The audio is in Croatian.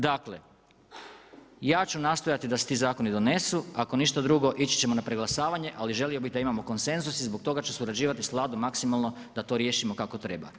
Dakle, ja ću nastojati da se ti zakoni donesu, ako ništa drugo ići ćemo na preglasavane, ali želio bi da imamo konsenzus i zbog toga ću surađivati s Vladom maksimalno da to riješimo kako treba.